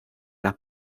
las